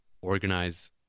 organize